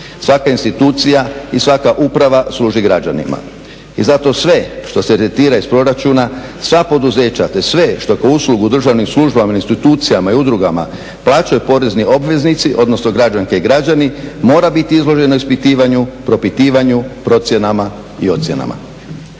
Svaka institucija i svaka uprava služi građanima. I zato sve što se tretira iz proračuna, sva poduzeća te sve što kao uslugu u državnim službama, institucijama i udrugama plaćaju porezni obveznici, odnosno građanke i građani mora biti izloženo ispitivanju, propitivanju, procjenama i ocjenama.